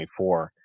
2024